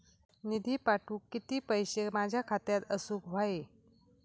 निधी पाठवुक किती पैशे माझ्या खात्यात असुक व्हाये?